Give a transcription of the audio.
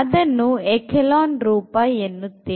ಅದನ್ನು ಎಖೇಲಾನ್ ರೂಪ ಎನ್ನುತ್ತೇವೆ